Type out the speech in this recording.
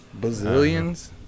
bazillions